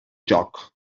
jóc